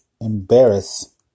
embarrass